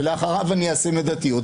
ואחריו אני אעשה מידתיות,